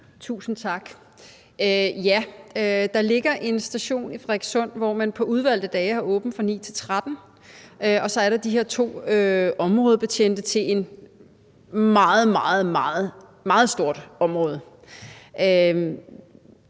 Tusind tak. Ja, der ligger en station i Frederikssund, hvor man på udvalgte dage har åbent fra 9 til 13, og så er der de her to områdebetjente til et meget, meget stort område.